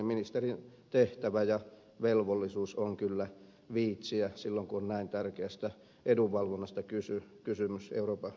ministerin tehtävä ja velvollisuus on kyllä viitsiä silloin kun on näin tärkeästä edunvalvonnasta kysymys euroopan unionissa